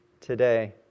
today